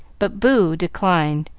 but boo declined,